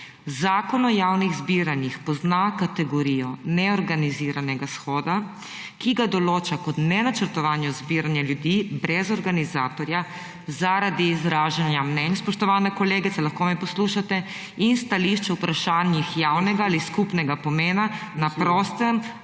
Zakon o javnih zbiranjih pozna kategorijo »neorganiziranega shoda«, ki ga določa kot ne načrtovanju zbiranja ljudi brez organizatorja zaradi izražanja mnenj, spoštovana kolegica, lahko me poslušate, in stališč o vprašanjih javnega ali skupnega pomena na prostem